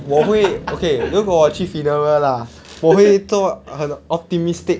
我会 okay 如果我去 funeral lah 我会做很 optimistic